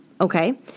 Okay